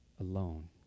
alone